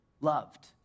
loved